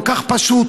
כל כך פשוט,